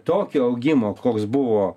tokio augimo koks buvo